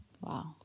wow